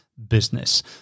Business